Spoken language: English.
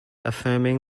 affirming